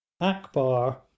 akbar